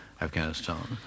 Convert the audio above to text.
Afghanistan